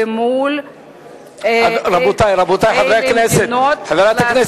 ומול איזה מדינות לעשות